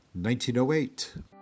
1908